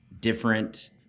different